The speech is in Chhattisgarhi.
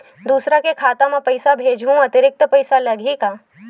दूसरा के खाता म पईसा भेजहूँ अतिरिक्त पईसा लगही का?